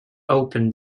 opened